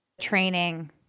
training